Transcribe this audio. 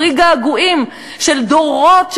פרי געגועים של דורות.